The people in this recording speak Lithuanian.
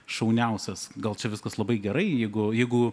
šauniausias gal čia viskas labai gerai jeigu jeigu